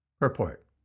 Report